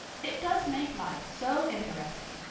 it does make life so interesting.